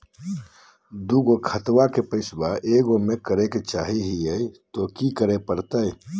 दू गो खतवा के पैसवा ए गो मे करे चाही हय तो कि करे परते?